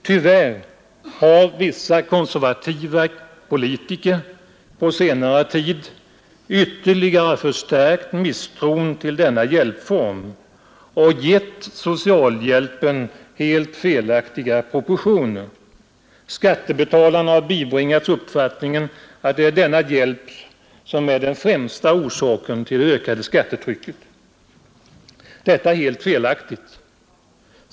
Beklagligtvis har vissa konservativa politiker på senare tid ytterligare förstärkt misstron till denna hjälpform och gett socialhjälpen helt felaktiga proportioner. Skattebetalarna har bibringats uppfattningen att det är denna hjälp som är den främsta orsaken till det ökade skattetrycket. Detta är helt felaktigt.